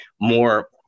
more